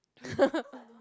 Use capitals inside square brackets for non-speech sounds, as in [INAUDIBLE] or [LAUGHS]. [LAUGHS]